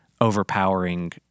overpowering